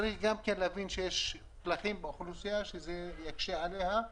צריך להבין שיש פלחים באוכלוסייה שזה יקשה עליהם,